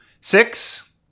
Six